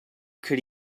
could